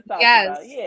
Yes